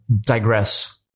digress